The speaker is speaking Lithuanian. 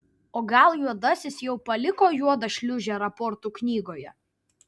o gal juodasis jau paliko juodą šliūžę raportų knygoje